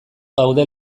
gaude